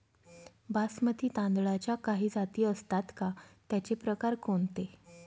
बासमती तांदळाच्या काही जाती असतात का, त्याचे प्रकार कोणते?